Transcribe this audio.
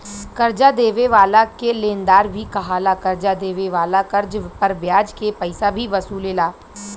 कर्जा देवे वाला के लेनदार भी कहाला, कर्जा देवे वाला कर्ज पर ब्याज के पइसा भी वसूलेला